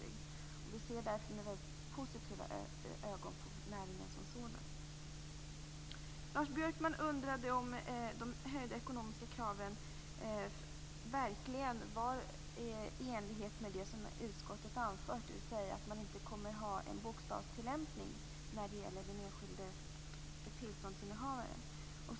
Vi ser därför med väldigt positiva ögon på näringen som sådan. Lars Björkman undrade om de höjda ekonomiska kraven verkligen är i enlighet med det som utskottet anfört, dvs. att man inte kommer att ha en bokstavstillämpning när det gäller den enskilde tillståndsinnehavaren.